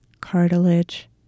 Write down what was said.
cartilage